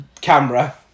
camera